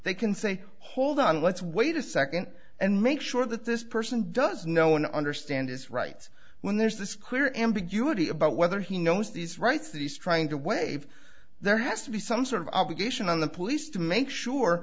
they can say hold on let's wait a second and make sure that this person does know and understand his rights when there's this clear ambiguity about whether he knows these rights that he's trying to waive there has to be some sort of obligation on the police to make sure